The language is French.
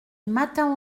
matin